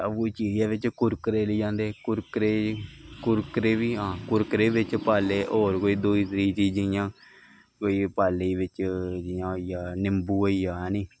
सब कुछ चीरियै बिच्च कुरकुरे लेई आंदे कुककुरे कुरकुरे बी हां कुरकरे बिच्च पाई ले होर कोई दूई त्री चीज जियां कोई पाई लेई बिच्च जियां होई गेआ निम्बू होई गेआ हैनी